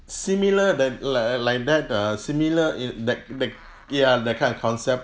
similar than like like that uh similar in that that ya that kind of concept